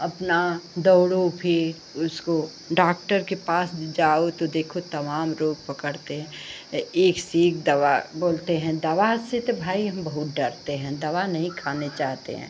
अपना दौड़ो भी उसको डॉक्टर के पास जाओ तो देखो तमाम रोग पकड़ते हैं एक से एक दवा बोलते हैं दवा से तो भाई हम बहुत डरते हैं दवा नहीं खाना चाहते हैं